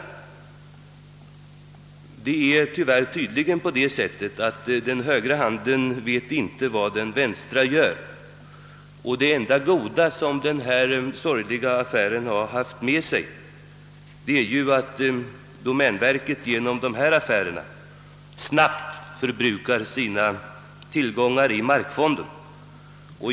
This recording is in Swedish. Tyvärr är det tydligen så att den högra handen inte vet vad den vänstra gör. Det enda goda som denna sorgliga affär haft med sig är att. domänverket snabbt förbrukat sina tillgångar i markfonden.